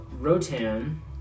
Rotan